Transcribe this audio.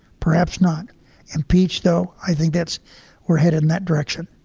perhaps not impeached, though. i think that's we're headed in that direction